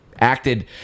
acted